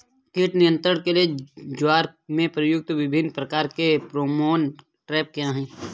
कीट नियंत्रण के लिए ज्वार में प्रयुक्त विभिन्न प्रकार के फेरोमोन ट्रैप क्या है?